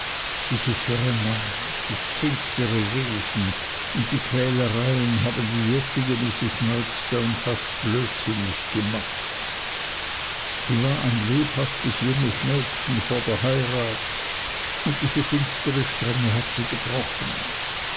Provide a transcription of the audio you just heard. diese tyrannei das finstere wesen und die quälereien haben die jetzige mrs murdstone fast blödsinnig gemacht sie war ein lebhaftes junges mädchen vor der heirat und diese finstere strenge hat sie gebrochen